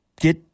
get